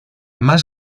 más